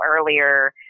earlier